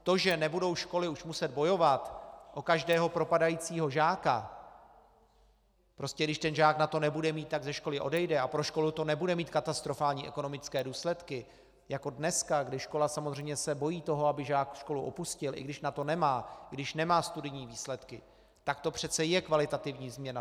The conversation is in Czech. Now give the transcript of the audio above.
To, že nebudou školy už muset bojovat o každého propadajícího žáka, prostě když ten žák na to nebude mít, tak ze školy odejde a pro školu to nebude mít katastrofální ekonomické důsledky jako dneska, kdy se škola samozřejmě bojí toho, aby žák školu opustil, i když na to nemá, i když nemá studijní výsledky, tak to přece je kvalitativní změna.